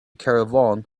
caravan